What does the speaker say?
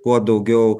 kuo daugiau